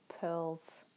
Pearls